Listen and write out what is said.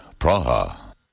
Praha